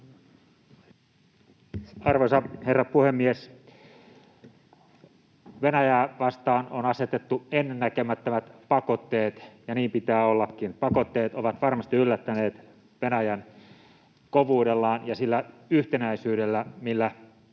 Arvoisa herra puhemies! Venäjää vastaan on asetettu ennennäkemättömät pakotteet, ja niin pitää ollakin. Pakotteet ovat varmasti yllättäneet Venäjän kovuudellaan ja sillä yhtenäisyydellä, millä